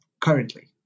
currently